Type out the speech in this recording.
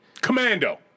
Commando